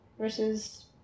Versus